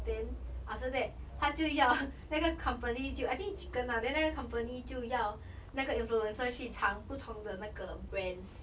then after that 他就要那个 company 就 I think chicken lah then 那个 company 就要那个 influencer 去尝不同的那个 brands